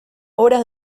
obras